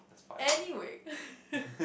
anyway